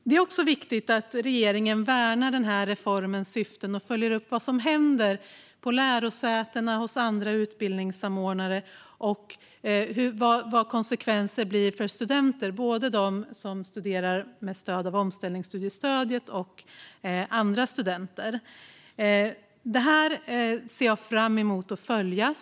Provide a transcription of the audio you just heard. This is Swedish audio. Det är också viktigt att regeringen värnar reformens syften och följer upp vad som händer vid lärosätena och hos andra utbildningssamordnare och vad konsekvensen blir för studenterna, både studenter med omställningsstudiestöd och andra studenter. Det här ser jag fram emot att följa.